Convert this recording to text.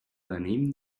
venim